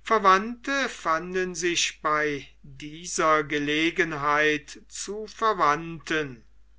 verwandte fanden sich bei dieser gelegenheit zu verwandten